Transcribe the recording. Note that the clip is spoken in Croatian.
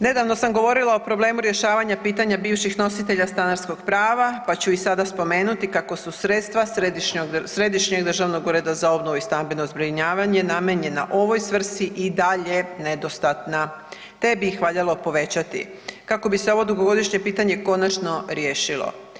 Nedavno sam govorila o problemu rješavanja pitanja bivših nositelja stanarskog prava, pa ću i sada spomenuti kako su sredstva Središnjeg državnog ureda za obnovu i stambeno zbrinjavanje namijenjena ovoj svrsi i dalje nedostatna, te bi ih valjalo povećati kako bi se ovo dugogodišnje pitanje konačno riješilo.